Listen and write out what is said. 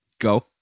Go